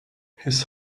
his